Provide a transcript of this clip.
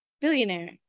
Billionaire